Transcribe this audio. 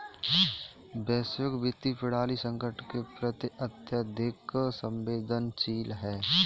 वैश्विक वित्तीय प्रणाली संकट के प्रति अत्यधिक संवेदनशील है